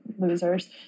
losers